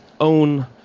own